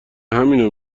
همینو